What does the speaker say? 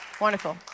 Wonderful